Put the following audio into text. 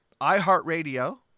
iHeartRadio